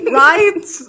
right